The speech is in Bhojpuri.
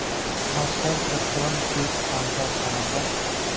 फसल चक्रण के फायदा का बा?